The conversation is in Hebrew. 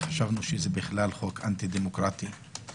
חשבנו שזה חוק אנטי דמוקרטי בכלל,